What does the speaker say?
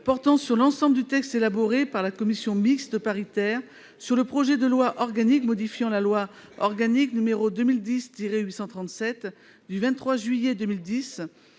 portant sur l'ensemble du texte élaboré par la commission mixte paritaire sur le projet de loi organique modifiant la loi organique n° 2010-837 du 23 juillet 2010